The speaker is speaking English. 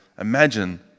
imagine